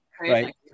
Right